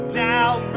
down